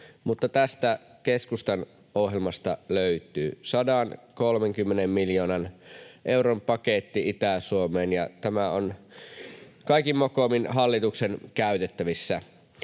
tästä keskustan ohjelmasta löytyy 130 miljoonan euron paketti Itä-Suomeen, ja tämä on kaikin mokomin hallituksen käytettävissä.